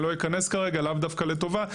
אני לא אכנס כרגע לאו דווקא לטובה,